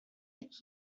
that